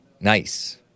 Nice